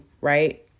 right